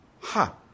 Ha